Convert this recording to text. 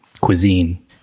cuisine